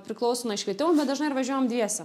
priklauso nuo iškvietimo bet dažnai ir važiuojam dviese